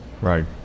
right